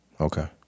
Okay